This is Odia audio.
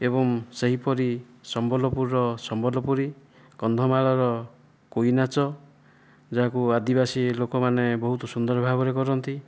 ଏବଂ ସେହିପରି ସମ୍ବଲପୁରର ସମ୍ବଲପୁରୀ କନ୍ଧମାଳର କୁଇ ନାଚ ଯାହାକୁ ଆଦିବାସୀ ଲୋକମାନେ ବହୁତ ସୁନ୍ଦର ଭାବରେ କରନ୍ତି